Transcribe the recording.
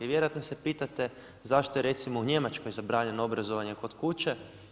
Vjerojatno se pitate zašto je recimo u Njemačkoj zabranjeno obrazovanje kod kuće?